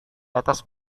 atas